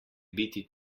biti